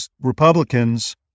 Republicans